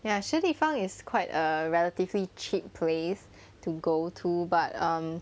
ya 食立方 is quite err a relatively cheap place to go to but um